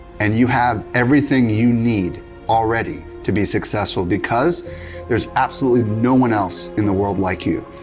and you have everything you need already to be successful, because there's absolutely no one else in the world like you.